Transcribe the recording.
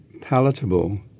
palatable